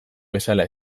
bezala